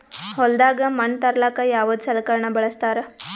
ಹೊಲದಾಗ ಮಣ್ ತರಲಾಕ ಯಾವದ ಸಲಕರಣ ಬಳಸತಾರ?